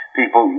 people